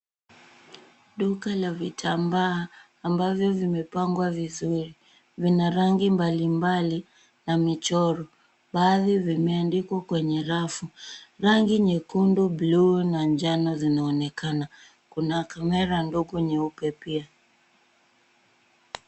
Duka la vitambaa ambavyo vimepangwa vizuri. Vina rangi mbalimbali na michoro. Baadhi vimebandikwa kwenye rafu. Rangi nyekundu, bluu na njano zinaonekana. Kuna kamera ndogo nyeupe pia.